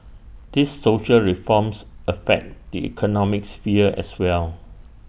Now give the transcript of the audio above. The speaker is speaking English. these social reforms affect the economic sphere as well